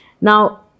Now